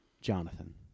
Jonathan